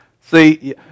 See